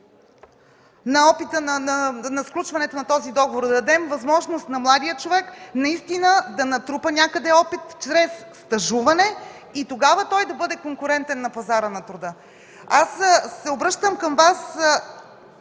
същността на сключването на този договор. Трябва да дадем възможност на младия човек наистина да натрупа някъде опит чрез стажуване и тогава той да бъде конкурентен на пазара на труда. Аз се обръщам към Вас